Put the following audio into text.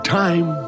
time